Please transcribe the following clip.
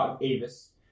Avis